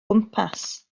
gwmpas